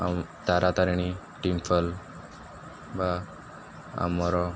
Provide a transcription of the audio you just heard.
ଆଉ ତାରାତାରିଣୀ ଟିମ୍ପଲ ବା ଆମର